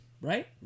Right